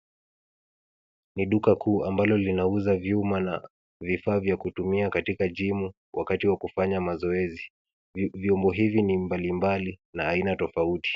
Ni duka kuu ambalo linauza vyuma na vifaa vya kutumia katika jimu wakati wa kufanya mazoezi. Vyombo hivi ni mbalimbali na aina tofauti.